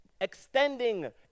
extending